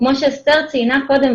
כמו שאסתר ציינה קודם,